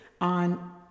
on